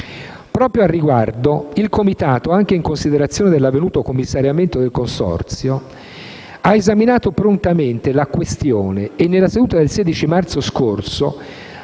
Proprio al riguardo, il Comitato, anche in considerazione dell'avvenuto commissariamento del Consorzio, ha esaminato prontamente la questione e nella seduta del 16 marzo scorso